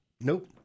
Nope